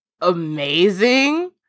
amazing